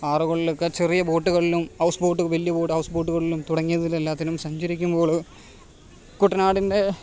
ആറുകളിലൊക്കെ ചെറിയ ബോട്ടുകളിലും house boat വലിയ ബോട്ട് ഹൗസ് ബോട്ടുകളിലും തുടങ്ങിയതിലെല്ലാത്തിലും സഞ്ചരിക്കുമ്പോള് കുട്ടനാടിൻ്റെ